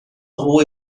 rua